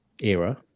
era